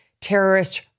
terrorist